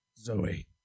Zoe